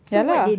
ya lah